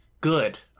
good